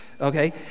Okay